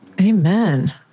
Amen